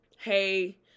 hey